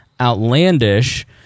outlandish